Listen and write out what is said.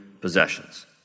possessions